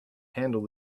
handle